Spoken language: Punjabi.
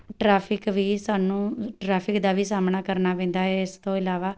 ਟਰੈਫਿਕ ਵੀ ਸਾਨੂੰ ਟ੍ਰੈਫਿਕ ਦਾ ਵੀ ਸਾਹਮਣਾ ਕਰਨਾ ਪੈਂਦਾ ਹੈ ਇਸ ਤੋਂ ਇਲਾਵਾ